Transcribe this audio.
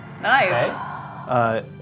Nice